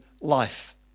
life